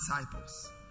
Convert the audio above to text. disciples